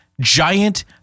giant